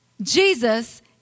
Jesus